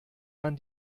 man